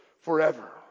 forever